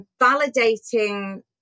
validating